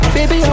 Baby